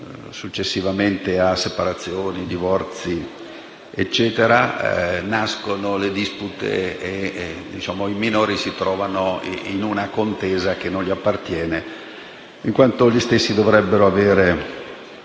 Successivamente a separazioni, divorzi e quant'altro, nascono le dispute e i minori si trovano in una contesa che non appartiene loro, in quanto gli stessi dovrebbero avere